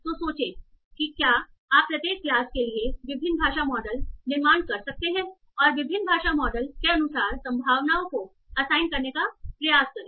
तो सोचें कि क्या आप प्रत्येक क्लास के लिए विभिन्न भाषा मॉडल निर्माण कर सकते हैं और विभिन्न भाषा मॉडल के अनुसार संभावनाओं को असाइन करने का प्रयास करें